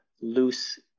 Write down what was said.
loose